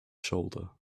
shoulder